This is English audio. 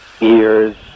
ears